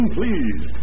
please